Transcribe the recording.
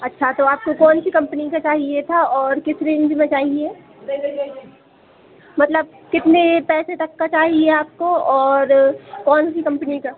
अच्छा तो आपको कौन सी कंपनी का चाहिए था और किस रेंज में चाहिए मतलब कितने पैसे तक का चाहिए आपको और कौन सी कंपनी का